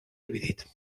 dividit